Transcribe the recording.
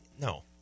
No